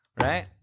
Right